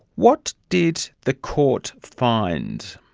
what did the court find?